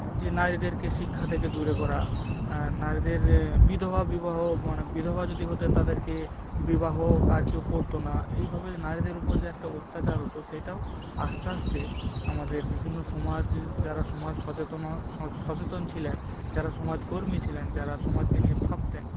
যে নারীদেরকে শিক্ষা থেকে দূরে করা নারীদের বিধবা বিবাহ মানে বিধবা যদি হতেন তাদেরকে বিবাহ আর কেউ করতো না এইভাবে নারীদের ওপর যে একটা অত্যাচার হতো সেটাও আস্তে আস্তে আমাদের বিভিন্ন সমাজ যারা সমাজ সচেতনা সচেতন ছিলেন যারা সমাজকর্মী ছিলেন যারা সমাজকে নিয়ে ভাবতেন